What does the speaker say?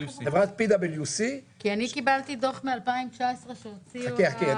חברת PwC. כי אני קיבלתי דוח מ-2019 שהוציאו CCI. חכי,